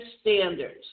standards